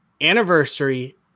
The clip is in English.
anniversary